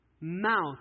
Mouth